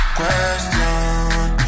Question